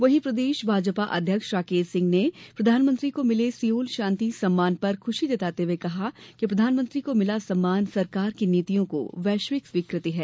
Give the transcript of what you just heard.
वहीं प्रदेश भाजपा अध्यक्ष राकेश सिंह ने प्रधानमंत्री को मिले सियोल शांति सम्मान पर खुशी जताते हुए कहा कि प्रधानमंत्री को मिला सम्मान सरकार की नीतियों को वैश्विक स्वीकृति है